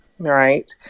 right